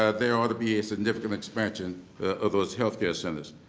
ah there ought to be a significant expansion of those health care centers.